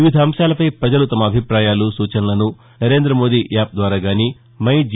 వివిధ అంశాలపై పజలు తమ అభిపాయాలు సూచనలను నరేంద్ర మోదీ యాప్ ద్వారా గానీ మై జీ